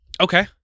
Okay